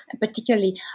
particularly